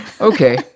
Okay